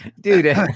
dude